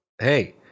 hey